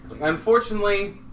Unfortunately